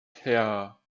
herr